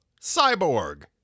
Cyborg